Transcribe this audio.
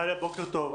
דליה, בוקר טוב.